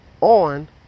on